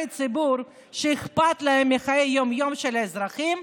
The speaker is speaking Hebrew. ציבור שאכפת להם מחיי היום-יום של האזרחים,